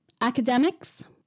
academics